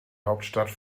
hauptstadt